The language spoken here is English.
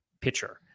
pitcher